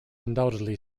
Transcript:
undoubtedly